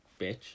Bitch